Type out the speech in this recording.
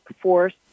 Force